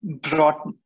brought